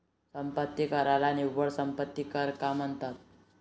संपत्ती कराला निव्वळ संपत्ती कर का म्हणतात?